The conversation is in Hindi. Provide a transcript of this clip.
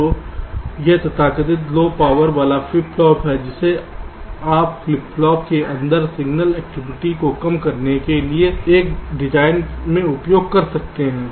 तो यह तथाकथित लो पावर वाला फ्लिप फ्लॉप है जिसे आप फ्लिप फ्लॉप के अंदर सिग्नल गतिविधि को कम करने के लिए एक डिज़ाइन में उपयोग कर सकते हैं